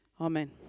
Amen